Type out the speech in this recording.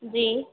जी